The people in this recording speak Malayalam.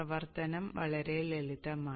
പ്രവർത്തനം വളരെ ലളിതമാണ്